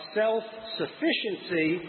self-sufficiency